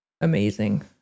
amazing